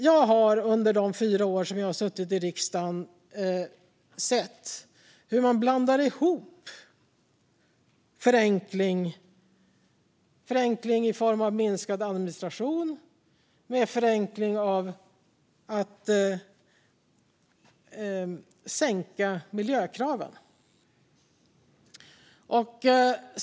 Jag har under de fyra år som jag har suttit i riksdagen sett hur man har blandat ihop förenkling i form av minskad administration med förenkling i form av att sänka miljökraven.